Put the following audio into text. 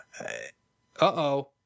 uh-oh